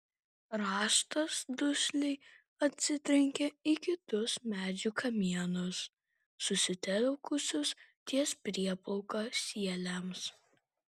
rąstas dusliai atsitrenkė į kitus medžių kamienus susitelkusius ties prieplauka sieliams